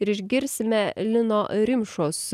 ir išgirsime lino rimšos